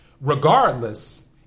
Regardless